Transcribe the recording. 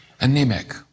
Anemic